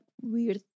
weird